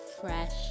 fresh